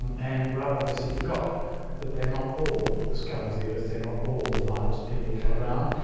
and rudd obviously forgot that. they're not all the scum of the earth, they're not all the vilest people around.